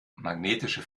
magnetische